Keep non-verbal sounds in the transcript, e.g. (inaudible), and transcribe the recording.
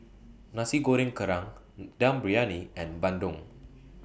Nasi Goreng Kerang (noise) Dum Briyani and Bandung